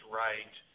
right